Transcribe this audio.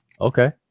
okay